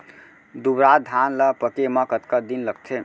दुबराज धान ला पके मा कतका दिन लगथे?